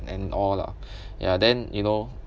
and all lah ya then you know